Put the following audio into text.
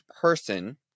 person